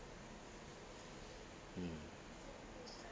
mm